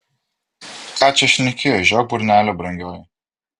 ką čia šneki žiok burnelę brangioji